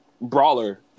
brawler